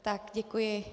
Tak děkuji.